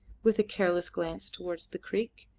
with a careless glance towards the creek.